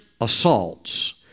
assaults